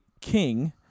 King